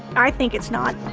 i think it's not